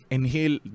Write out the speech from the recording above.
Inhale